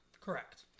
Correct